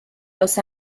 los